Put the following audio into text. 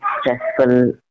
stressful